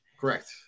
Correct